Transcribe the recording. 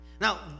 Now